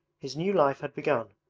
his new life had begun,